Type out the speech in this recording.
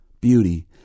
beauty